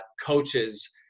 coaches